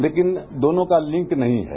लेकिन दोनों का लिंक नहीं है